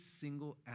single